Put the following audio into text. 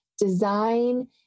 design